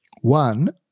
one